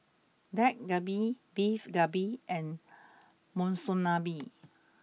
Dak Galbi Beef Galbi and Monsunabe